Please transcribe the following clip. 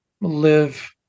live